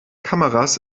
kameras